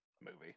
movie